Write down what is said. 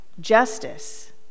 justice